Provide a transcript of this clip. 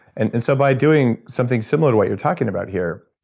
and and so by doing something similar to what you're talking about here,